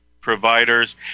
providers